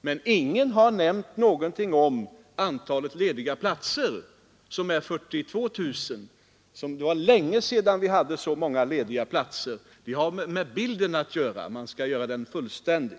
men ingen har nämnt någonting om antalet lediga platser, som är 42 000. Och det var länge sedan vi hade så många lediga platser! Den saken hör också till bilden, om man vill göra den fullständig.